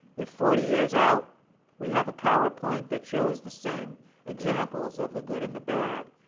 if forty years out we have a powerpoint that shows the same examples of the good and the bad,